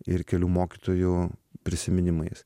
ir kelių mokytojų prisiminimais